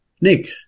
Nick